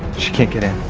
she can't get in.